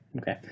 Okay